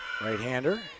Right-hander